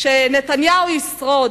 שנתניהו ישרוד,